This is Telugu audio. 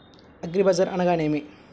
అగ్రిబజార్ అనగా నేమి?